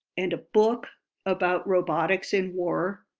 and a book about robotics and war.